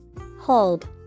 Hold